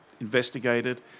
investigated